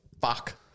Fuck